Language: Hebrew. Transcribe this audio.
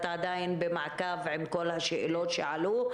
את עדיין במעקב עם כל השאלות שעלו,